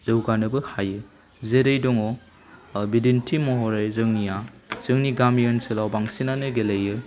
जौगानोबो हायो जेरै दङ बिदिन्थि महरै जोंनिया जोंनि गामि ओनसोलाव बांसिनानो गेलेयो